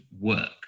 work